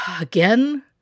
again